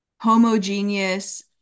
homogeneous